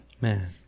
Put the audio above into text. Man